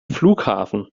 flughafen